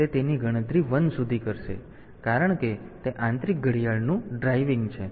તેથી તે તેની ગણતરી 1 સુધી કરશે કારણ કે તે આંતરિક ઘડિયાળનું ડ્રાઇવિંગ છે